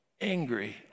angry